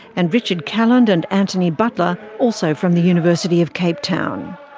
and richard calland and anthony butler, also from the university of cape town.